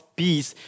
peace